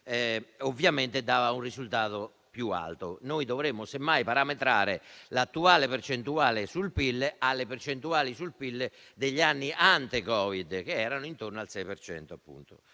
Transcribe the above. anni - dava un risultato più alto. Noi dovremmo semmai parametrare l'attuale percentuale sul PIL alle percentuali degli anni ante Covid che si attestavano intorno al 6